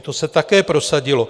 To se také prosadilo.